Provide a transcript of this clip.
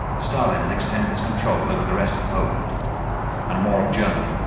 stalin had extended his control over the rest of poland and more of germany,